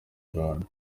rwanda